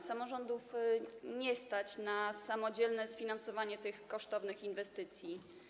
Samorządów nie stać na samodzielne sfinansowanie tych kosztownych inwestycji.